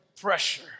pressure